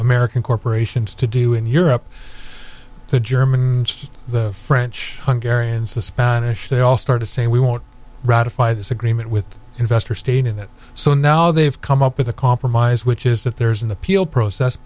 american corporations to do in europe the german the french and the spanish they all started saying we want ratify this agreement with investor stayed in it so now they've come up with a compromise which is that there's an appeal process